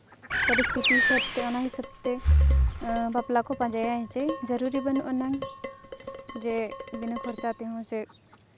ᱯᱚᱨᱤᱥᱛᱷᱤᱛᱤ ᱦᱤᱥᱟᱹᱵᱽ ᱛᱮ ᱚᱱᱟ ᱦᱤᱥᱟᱹᱵᱽ ᱛᱮ ᱵᱟᱯᱞᱟ ᱠᱚ ᱯᱟᱸᱡᱟᱭᱟ ᱪᱮ ᱡᱟᱹᱨᱩᱨᱤ ᱵᱟᱹᱱᱩᱜ ᱟᱱᱟᱝ ᱡᱮ ᱵᱤᱱᱟᱹ ᱠᱷᱚᱨᱪᱟ ᱛᱮᱦᱚᱸ ᱪᱮᱫ